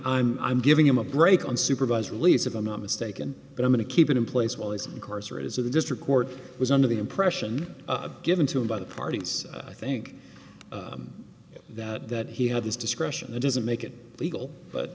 i'm i'm giving him a break on supervised release of i'm not mistaken and i'm going to keep it in place while he's incarcerated so the district court was under the impression given to him by the parties i think that that he had this discretion that doesn't make it legal but